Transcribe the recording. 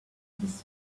this